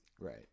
Right